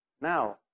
Now